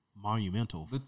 Monumental